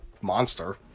Monster